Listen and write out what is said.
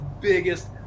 biggest